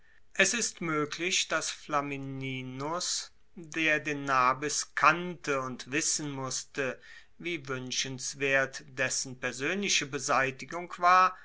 es ist moeglich dass flamininus der den nabis kannte und wissen musste wie wuenschenswert dessen persoenliche beseitigung war